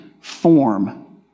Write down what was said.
form